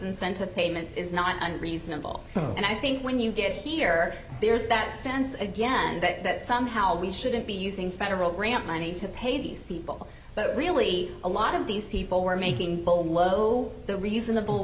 incentive payments is not unreasonable and i think when you get here there's that sense again that somehow we shouldn't be using federal grant money to pay these people but really a lot of these people were making bold low the reasonable